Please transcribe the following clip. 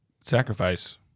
Sacrifice